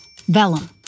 Vellum